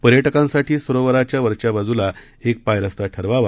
पर्यटकांसाठी सरोवराच्या वरच्या बाजूला एक पायरस्ता ठरवावा